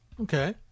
Okay